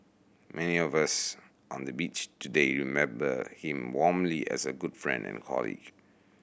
many of us on the Bench today remember him warmly as a good friend and colleague